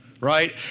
right